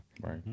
right